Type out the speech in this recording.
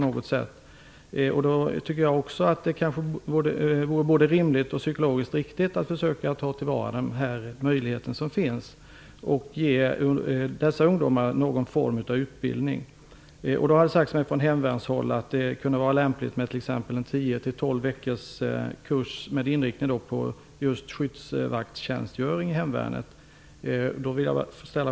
Jag tycker att det vore både rimligt och psyko logiskt riktigt att ta till vara denna möjlighet och ge dessa ungdomar någon form av utbildning. Det har sagts mig från hemvärnshåll att det kunde vara lämpligt med t.ex. 10--12 veckors kurs med inriktning på just skyddsvaktstjänstgöring i hem värnet.